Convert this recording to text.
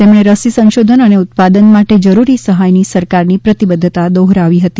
તેમણે રસી સંશોધન અને ઉત્પાદન માટે જરૂરી સહાયની સરકારની પ્રતિબદ્ધતા દોહરાવી હતી